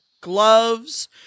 gloves